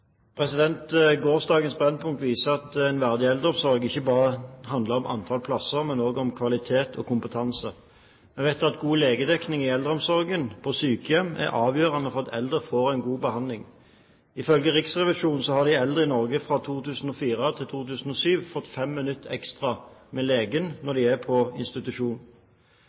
Gårsdagens Brennpunkt viser at en verdig eldreomsorg ikke bare handler om antall plasser, men også om kvalitet og kompetanse. Vi vet at god legedekning i eldreomsorgen på sykehjem er avgjørende for at eldre får en god behandling. Ifølge Riksrevisjonen har de eldre i Norge fra 2004 til 2007 fått fem minutter ekstra med legen når de er på institusjon.